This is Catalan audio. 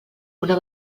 una